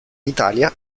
italia